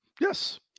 yes